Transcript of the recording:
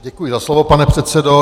Děkuji za slovo, pane předsedo.